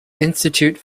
institute